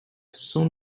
soon